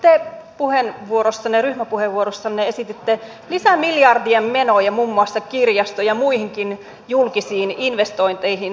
edustaja lindtman te ryhmäpuheenvuorossanne esititte lisämiljardien menoja muun muassa kirjasto ja muihinkin julkisiin investointeihin